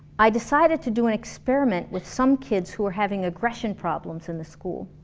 i decided to do an experiment with some kids who are having aggression problems in the school